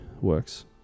works